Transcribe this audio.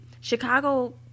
Chicago